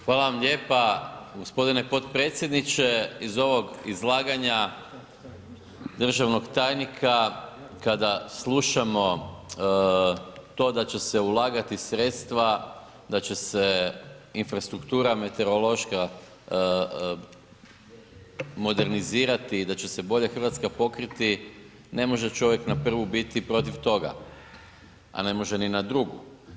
Hvala vam lijepa gospodine potpredsjedniče iz ovog izlaganja državnog tajnika kada slušamo to da će se ulagati sredstva, da će se infrastruktura meteorološka modernizirati i da će se bolje Hrvatska pokriti ne može čovjek na prvu biti protiv toga, a ne može ni na drugu.